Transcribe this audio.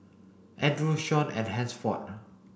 Andrew Shon and Hansford